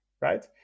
right